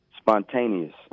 spontaneous